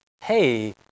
hey